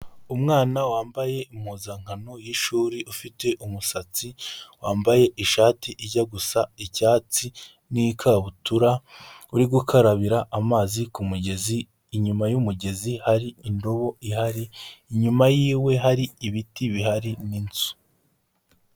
Umwana wambaye impuzankano y'ishuri ufite umusatsi, wambaye ishati ijya gusa icyatsi, n'ikabutura, uri gukarabira amazi ku mugezi, inyuma y'umugezi hari indobo ihari, inyuma yiwe hari ibiti bihari n'inzu.